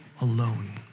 alone